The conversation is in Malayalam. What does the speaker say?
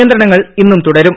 നിയന്ത്രണങ്ങൾ ഇന്നും തുടരും